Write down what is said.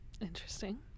interesting